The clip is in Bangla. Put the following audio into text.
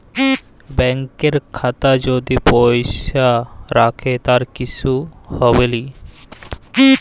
ব্যাংকের খাতা যাতে যদি পয়সা রাখে তার কিসু হবেলি